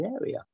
area